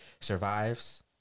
survives